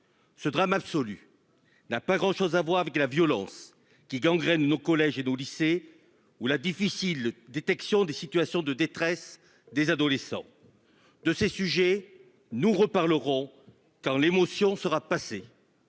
Ce drame absolu, n'a pas grand chose à voir avec la violence qui gangrène nos collèges et de lycées ou la difficile détection des situations de détresse des adolescents. De ces sujets nous reparlerons quand l'émotion sera passée.